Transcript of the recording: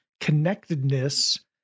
connectedness